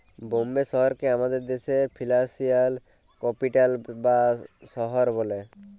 বম্বে শহরকে আমাদের দ্যাশের ফিল্যালসিয়াল ক্যাপিটাল বা শহর ব্যলে